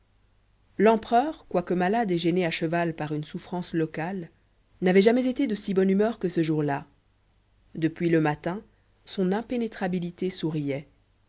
l'empereur quoique malade et gêné à cheval par une souffrance locale n'avait jamais été de si bonne humeur que ce jour-là depuis le matin son impénétrabilité souriait